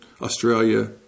Australia